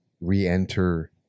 re-enter